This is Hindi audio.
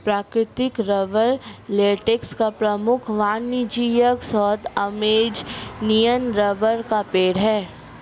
प्राकृतिक रबर लेटेक्स का प्रमुख वाणिज्यिक स्रोत अमेज़ॅनियन रबर का पेड़ है